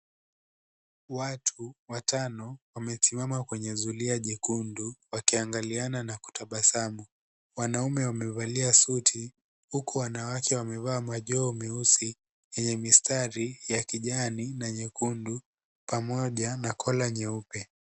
Watu watano wamesimama kwenye zulia nyekundu wakiangaliana na kutabasamu. Wanaume wamevalia suti huku wanawake wakiwa wamevaa majoho meusi yenye mistari ya kijani na nyekundu pamoja na kola nyeupe.